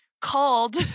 called